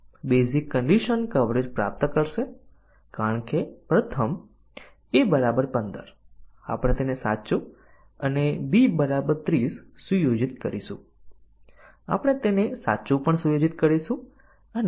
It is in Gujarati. તેથી શું આ બેઝીક કન્ડિશન નું કવરેજ પ્રાપ્ત કરે છે ચોક્કસપણે કારણ કે બે ટેસ્ટીંગ કેસોમાં એ મૂલ્યોને સાચા અને ખોટા લે છે માફ કરશો પ્રથમ અભિવ્યક્તિ મૂલ્યને સાચું અને ખોટું લઈ રહ્યું છે